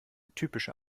typische